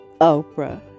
Oprah